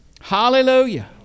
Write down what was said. Hallelujah